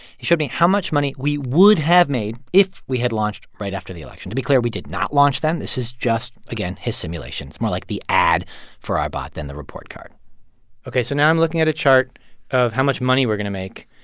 he showed me how much money we would have made if we had launched right after the election. to be clear, we did not launch then. this is just, again, his simulation. it's more like the ad for our bot than the report card ok, so now i'm looking at a chart of how much money we're going to make.